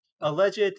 alleged